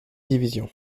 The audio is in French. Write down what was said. division